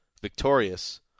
victorious